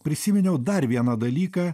prisiminiau dar vieną dalyką